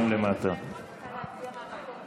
המציעות יכולות